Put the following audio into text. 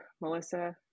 melissa